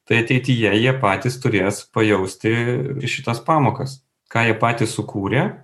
tai ateityje jie patys turės pajausti ir šitas pamokas ką jie patys sukūrė